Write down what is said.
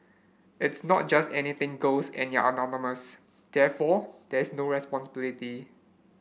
it's not just anything goes and you're anonymous therefore there is no responsibility